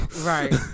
Right